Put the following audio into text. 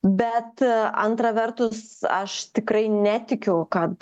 bet antra vertus aš tikrai netikiu kad